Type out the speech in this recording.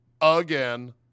Again